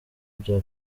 bya